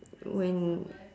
when